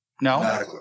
No